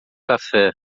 café